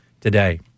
today